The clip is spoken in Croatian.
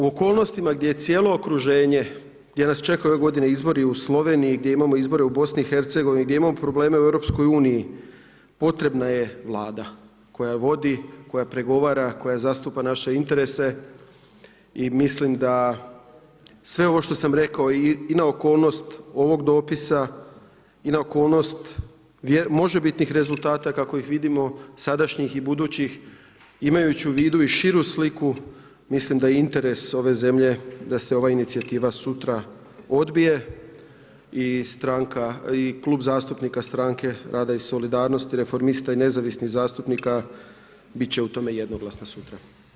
U okolnostima gdje je cijelo okruženje, gdje nas čekaju ove godine izbori u Sloveniji, gdje imamo izbore u Bosni i Hercegovini, gdje imamo probleme u Europskoj uniji potrebna je Vlada koja vodi, koja pregovara, koja zastupa naše interese i mislim da sve ovo što sam rekao i na okolnost ovog dopisa i na okolnost možebitnih rezultata kako ih vidimo sadašnjih i budućih, imajući u vidu i širu sliku, mislim da je interes ove zemlje da se ova inicijativa sutra odbije i stranka i klub zastupnika stranke rada i solidarnosti, reformista i nezavisnih zastupnika bit će u tome jednoglasna sutra.